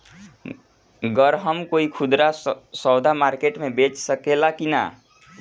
गर हम कोई खुदरा सवदा मारकेट मे बेच सखेला कि न?